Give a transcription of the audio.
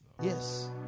Yes